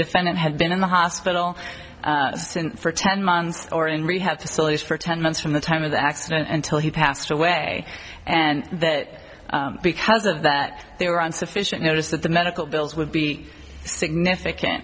defendant had been in the hospital for ten months or in rehab facilities for ten months from the time of the accident until he passed away and that because of that they were on sufficient notice that the medical bills would be significant